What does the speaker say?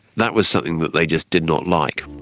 that was something that they just did not like.